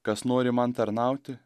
kas nori man tarnauti